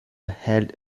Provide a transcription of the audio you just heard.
held